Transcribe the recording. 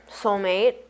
soulmate